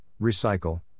recycle